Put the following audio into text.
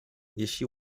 jeśli